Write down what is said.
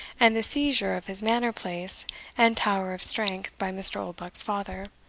and the seizure of his manor-place and tower of strength by mr. oldbuck's father,